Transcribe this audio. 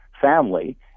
family